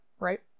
right